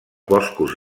boscos